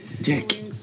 Dick